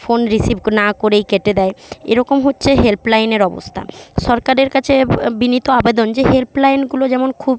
phone receive ক্ না করেই কেটে দেয় এরকম হচ্ছে হেল্পলাইনের অবস্থা সরকারের কাছে বিনীত আবেদন যে হেল্পলাইনগুলো যেমন খুব